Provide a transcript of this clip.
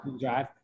Drive